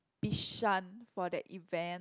Bishan for that event